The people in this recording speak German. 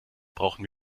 brauchen